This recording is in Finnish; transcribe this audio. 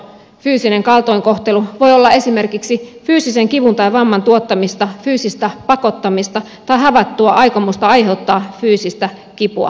fyysinen kaltoinkohtelu voi olla esimerkiksi fyysisen kivun tai vamman tuottamista fyysistä pakottamista tai havaittua aikomusta aiheuttaa fyysistä kipua toiselle henkilölle